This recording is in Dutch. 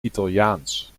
italiaans